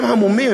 הם המומים,